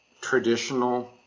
traditional